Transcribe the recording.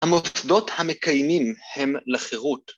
‫המוסדות המקיימים הם לחירות.